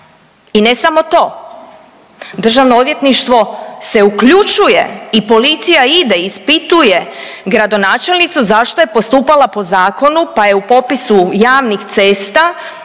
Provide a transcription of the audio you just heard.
I ne samo to. Državno odvjetništvo se uključuje i policija ide, ispituje gradonačelnicu zašto je postupala po zakinu pa je u popisu javnih cesta